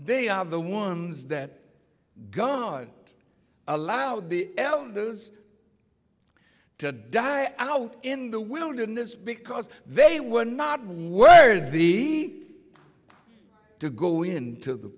they are the ones that god allowed the elders to die out in the wilderness because they were not what he to go into the